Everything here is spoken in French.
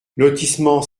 lotissement